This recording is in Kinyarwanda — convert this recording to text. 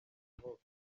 nsohoke